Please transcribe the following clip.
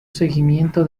seguimiento